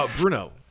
Bruno